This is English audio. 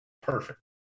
Perfect